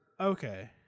Okay